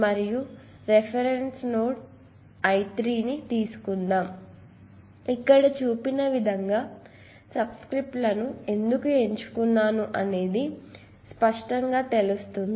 మరియు reference node మరియు I3 ను తీసుకుందాం ఇక్కడ చూపిన విధంగా సబ్స్క్రిప్ట్లను ఎందుకు ఎంచుకున్నాను అనేది ఇప్పుడు స్పష్టంగా తెలుస్తుంది